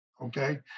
okay